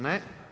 Ne.